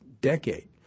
decade